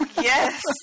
Yes